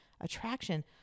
attraction